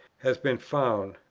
has been found,